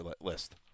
list